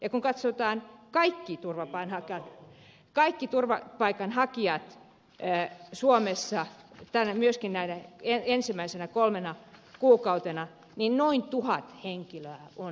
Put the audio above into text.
ja kun katsotaan kaikki turvapaikanhakijat suomessa myöskin näinä ensimmäisenä kolmena kuukautena niin noin tuhat henkilöä on saapunut